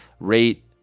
rate